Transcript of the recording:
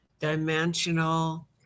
dimensional